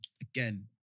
again